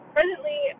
Presently